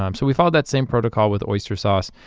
um so we followed that same protocol with oyster sauce.